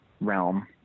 realm